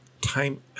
time